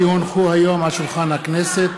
כי הונחו היום על שולחן הכנסת,